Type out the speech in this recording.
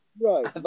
right